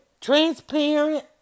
transparent